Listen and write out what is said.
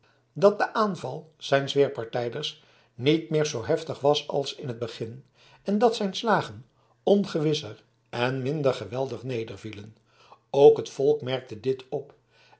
dat de aanval zijns weerpartijders niet meer zoo heftig was als in t begin en dat zijn slagen ongewisser en minder geweldig nedervielen ook het volk merkte dit op